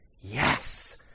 yes